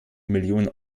millionen